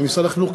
ומשרד החינוך,